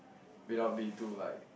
without being too like